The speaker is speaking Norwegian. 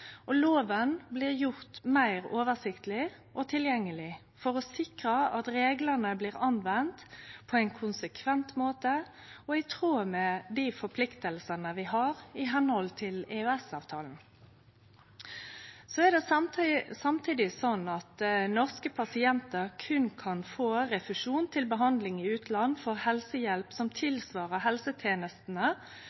og lova blir gjord meir oversiktleg og tilgjengeleg for å sikre at reglane blir praktiserte på ein konsekvent måte og i tråd med dei forpliktingane vi har etter EØS-avtalen. Så er det samtidig slik at norske pasientar berre kan få refusjon til behandling i utlandet for helsehjelp som